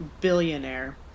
billionaire